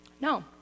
No